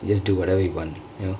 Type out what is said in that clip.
just do whatever we want you know